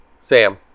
Sam